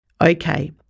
Okay